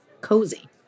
cozy